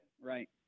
Right